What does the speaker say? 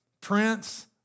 Prince